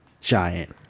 giant